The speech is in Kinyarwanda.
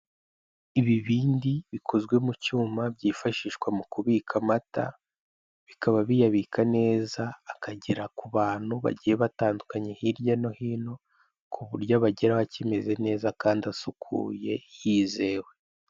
Ibibindi bikozwe mu cyuma, byifashishwa mu kubika amata, bikaba biyabika neza, akagera ku bantu bagiye batandukanye hirya no hino, ku buryo abageraho akimeze neza kandi asukuye, yizewe.